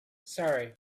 sorry